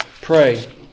pray